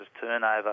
turnover